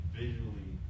visually